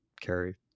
carry